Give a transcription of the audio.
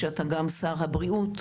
שאתה גם שר הבריאות,